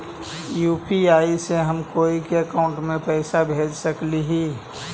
UPI से हम कोई के अकाउंट में पैसा भेज सकली ही?